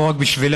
לא רק בשבילנו,